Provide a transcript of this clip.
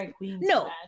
No